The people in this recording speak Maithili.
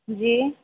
जी